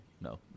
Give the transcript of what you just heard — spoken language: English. no